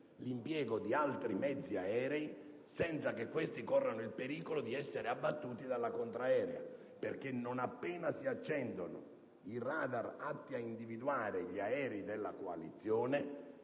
l'impiego di altri mezzi aerei senza che questi corrano il pericolo di essere abbattuti dalla contraerea; infatti, non appena si accendono i radar atti ad individuare gli aerei della coalizione,